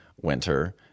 Winter